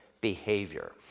behavior